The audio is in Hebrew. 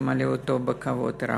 שתמלאי אותו בכבוד רב.